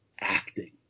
acting